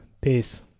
peace